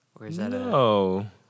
No